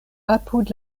apud